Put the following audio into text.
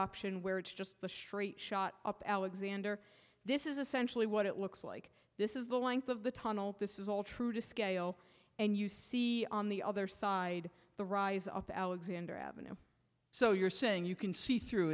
option where it's just the straight shot up alexander this is essentially what it looks like this is the length of the tunnel this is all true to scale and you see on the other side the rise of alexander avenue so you're saying you can see through